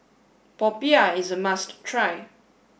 Popiah is a must try